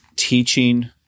Teaching